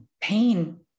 Pain